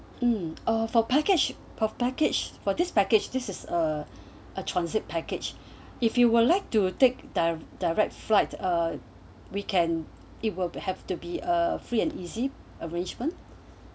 um a for package for package for this package this is a a transit package if you would like to take the direct flight uh we can it will have to be a free and easy arrangement